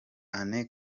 anne